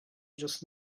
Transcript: just